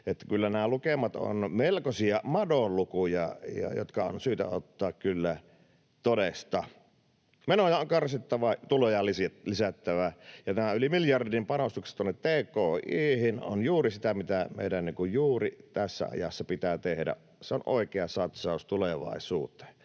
kyllä nämä lukemat ovat melkoisia madonlukuja, jotka on syytä ottaa kyllä todesta. Menoja on karsittava, tuloja on lisättävä, ja nämä yli miljardin panostukset tuonne tki:hin ovat juuri sitä, mitä meidän juuri tässä ajassa pitää tehdä. Se on oikea satsaus tulevaisuuteen.